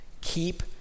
keep